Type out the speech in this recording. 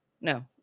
No